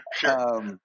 Sure